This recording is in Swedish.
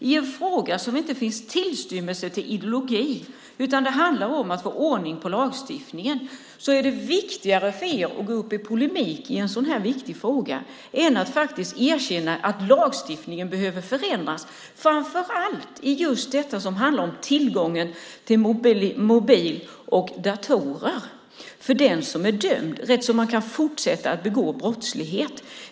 I en fråga där det inte finns tillstymmelse till ideologi, utan där det handlar om att få ordning på lagstiftningen, är det viktigare för er att gå upp i polemik i en så här viktig fråga än att erkänna att lagstiftningen behöver förändras, framför allt vad gäller tillgången till mobil och datorer för den som är dömd, eftersom denne kan fortsätta ägna sig åt brottslighet.